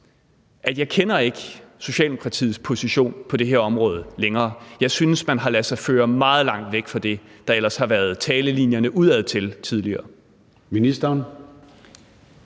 længere kender Socialdemokratiets position på det område. Jeg synes, at man har ladet sig føre meget langt væk fra det, der ellers har været talelinjerne udadtil tidligere.